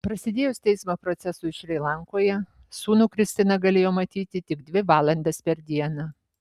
prasidėjus teismo procesui šri lankoje sūnų kristina galėjo matyti tik dvi valandas per dieną